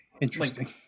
Interesting